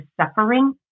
suffering